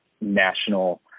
national